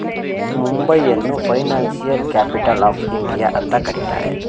ಮುಂಬೈಯನ್ನು financial capital of India ಅಂತ ಕರಿತರೆ